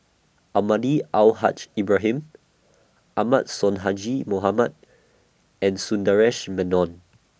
Almahdi Al Haj Ibrahim Ahmad Sonhadji Mohamad and Sundaresh Menon